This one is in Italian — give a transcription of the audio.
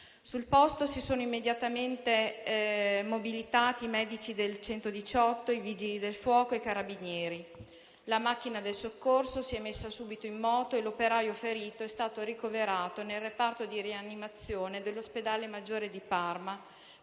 Sul posto sì sono immediatamente mobilitati i medici del 118, i Vigili del fuoco e i Carabinieri. La macchina del soccorso si è messa subito in moto e l'operaio ferito è stato ricoverato nel reparto di rianimazione dell'Ospedale Maggiore di Parma